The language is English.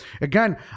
again